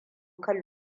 kan